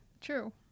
True